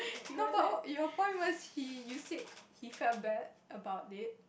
no but wha~ your point was he you said he felt bad about it